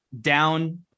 down